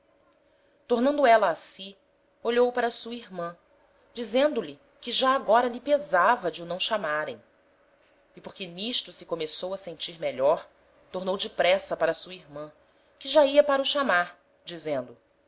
tornando éla a si olhou para sua irman dizendo-lhe que já agora lhe pesava de o não chamarem e porque n'isto se começou a sentir melhor tornou depressa para sua irman que já ia para o chamar dizendo